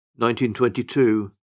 1922